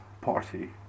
party